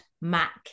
Mac